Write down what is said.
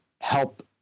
help